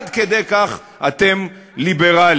עד כדי כך אתם ליברלים.